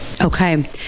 Okay